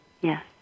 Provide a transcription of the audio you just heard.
yes